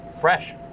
fresh